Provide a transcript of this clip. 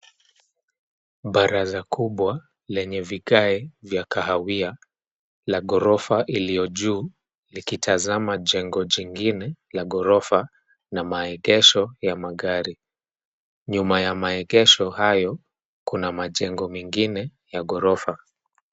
Baraza kubwa lenye vigaye vya kahawia la ghorofa iliyo juu likitazama jengo jingine la ghorofa, na maegesho ya magari. Nyuma ya maegesho hayo kuna majengo mengine ya ghorofa.